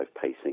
pacing